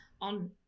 on